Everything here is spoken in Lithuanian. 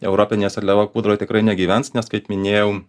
europinė seliava kūdroj tikrai negyvens nes kaip minėjau